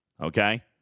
Okay